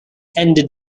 ended